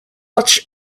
such